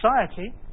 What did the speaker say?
society